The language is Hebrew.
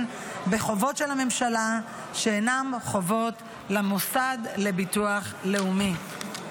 בחובות של הממשלה שאינן חובות למוסד לביטוח לאומי.